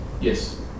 Yes